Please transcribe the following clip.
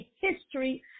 history